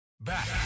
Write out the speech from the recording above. Back